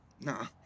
Nah